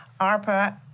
ARPA